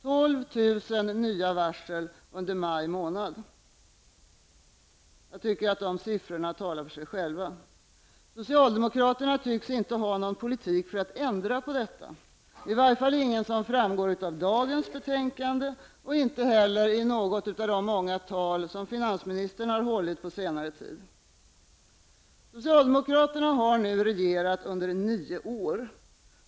12 000 nya varsel under maj månad. Jag tycker att dessa siffror talar för sig själva. Socialdemokraterna tycks inte ha någon politik för att ändra på detta, i alla fall ingen som framgår av dagens betänkande. Det framgår inte heller i något av de många tal som finansministern på senare tid har hållit. Socialdemokraterna har nu regerat under nio år.